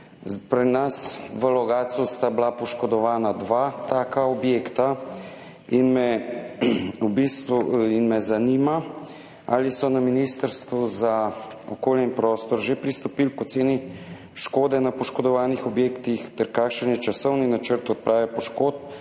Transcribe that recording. Pri nas v Logatcu sta bila poškodovana dva taka objekta. Zanima me: Ali so na Ministrstvu za okolje in prostor že pristopili k oceni škode na poškodovanih objektih? Kakšen je časovni načrt odprave poškodb?